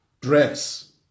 dress